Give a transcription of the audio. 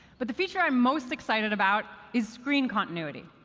but the feature i'm most excited about is screen continuity.